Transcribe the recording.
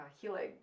healing